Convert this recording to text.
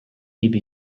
live